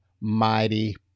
mighty